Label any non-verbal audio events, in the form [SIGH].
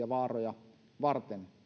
[UNINTELLIGIBLE] vaaroja varten